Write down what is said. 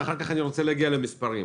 אחר-כך אני רוצה להגיע למספרים.